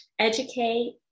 Educate